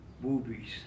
boobies